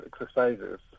exercises